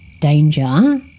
danger